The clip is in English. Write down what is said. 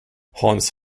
haunts